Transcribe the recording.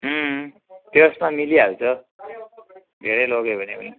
त्यसमा मिलिहाल्छ धेरै लग्यो भने पनि